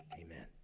Amen